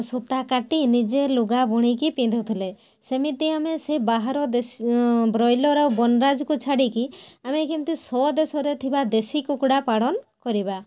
ସୂତା କାଟି ନିଜେ ଲୁଗା ବୁଣିକି ପିନ୍ଧୁଥିଲେ ସେମିତି ଆମେ ସେ ବାହାର ଦେଶ ବ୍ରଇଲର ଆଉ ବନରାଜ କୁ ଛାଡ଼ିକି ଆମେ କେମିତି ସ୍ୱଦେଶରେ ଥିବା ଦେଶୀ କୁକୁଡ଼ା ପାଳନ କରିବା